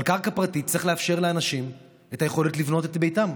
שעל קרקע פרטית צריך לאפשר לאנשים את היכולת לבנות את ביתם.